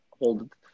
hold